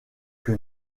que